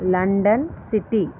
London city